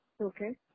Okay